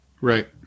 Right